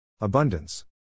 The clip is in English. Abundance